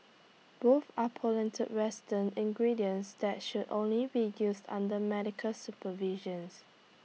both are potent western ingredients that should only be used under medical supervisions